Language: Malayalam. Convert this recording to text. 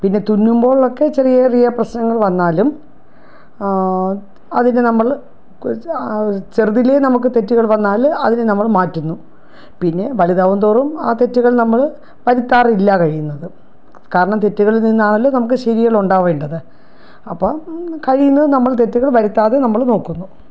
പിന്നെ തിന്നുമ്പോളൊക്കെ ചെറിയ ചെറിയ പ്രശ്നങ്ങൾ വന്നാലും ത് അതിനു നമ്മൾ കുറി ചെറുതിൽ നമുക്ക് തെറ്റുകൾ വന്നാൽ അതിനു നമ്മൾ മാറ്റുന്നു പിന്നെ വലുതാകുന്തോറും ആ തെറ്റുകൾ നമ്മൾ വരുത്താറില്ല കഴിയുന്നതും കാരണം തെറ്റുകളിൽ നിന്നാണല്ലൊ നമുക്ക് ശരികളുണ്ടാകേണ്ടത് അപ്പോൾ കഴിയുന്നതും നമ്മൾ തെറ്റുകൾ വരുത്താതെ നമ്മൾ നോക്കുന്നു